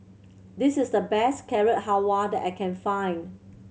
this is the best Carrot Halwa that I can find